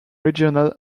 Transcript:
regional